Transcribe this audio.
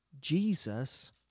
Jesus